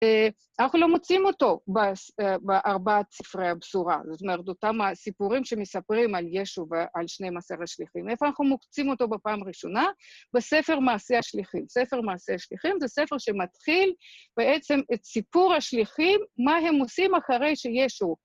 אנחנו לא מוצאים אותו בארבעה ספרי הבשורה, זאת אומרת, אותם הסיפורים שמספרים על ישו ועל שני מעשי השליחים. איפה אנחנו מוצאים אותו בפעם ראשונה? בספר מעשי השליחים. ספר מעשי השליחים זה ספר שמתחיל בעצם את סיפור השליחים, מה הם עושים אחרי שישו...